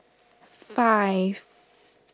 five